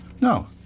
No